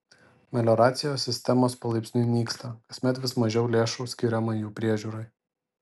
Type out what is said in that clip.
melioracijos sistemos palaipsniui nyksta kasmet vis mažiau lėšų skiriama jų priežiūrai